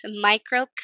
micro